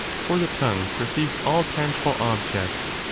for the tongue perceives all tangible objects,